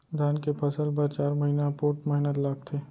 धान के फसल बर चार महिना पोट्ठ मेहनत लागथे